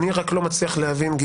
אני רק לא מצליח להבין,